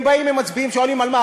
הם באים ומצביעים, שואלים: על מה?